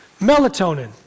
Melatonin